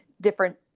different